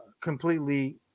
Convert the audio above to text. completely